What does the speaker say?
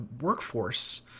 workforce